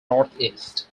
northeast